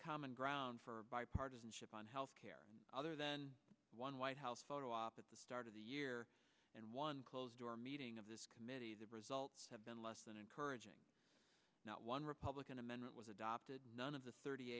common ground for bipartisanship on health care other than one white house photo op at the start of the year and one closed door meeting of this committee the results have been less than encouraging not one republican amendment was adopted none of the thirty